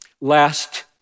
Last